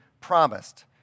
promised